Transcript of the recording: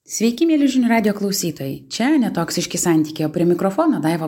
sveiki mieli žinių radijo klausytojai čia ne toksiški santykiai o prie mikrofono daiva